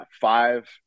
five